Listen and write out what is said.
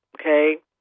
okay